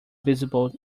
visible